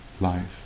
life